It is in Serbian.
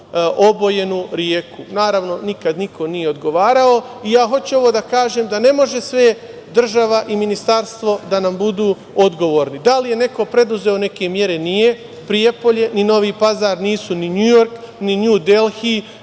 obojenu reku. Naravno, nikad niko nije odgovarao i ja hoću ovo da kažem da ne može sve država i ministarstvo da nam budu odgovorni. Da li je neko preduzeo neke mere? Nije. Prijepolje, ni Novi Pazar nisu ni Njujork, ni Nju Delhi,